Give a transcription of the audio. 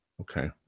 Okay